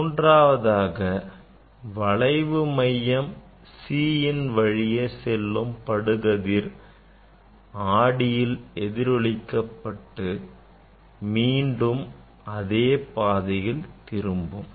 மூன்றாவதாக வளைவு மையம் C வழியே செல்லும் படுகதிர் ஆடியில் எதிரொலிக்கப்பட்டு மீண்டும் அதே பாதையில் திரும்பும்